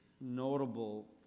notable